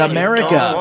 America